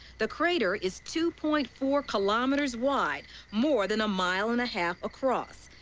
the crater is two point four kilometers wide more than a mile and a half across.